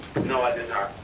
no i did